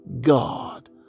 God